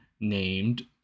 named